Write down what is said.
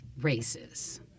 races